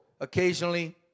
occasionally